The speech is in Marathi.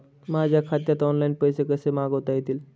माझ्या खात्यात ऑनलाइन पैसे कसे मागवता येतील?